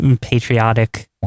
patriotic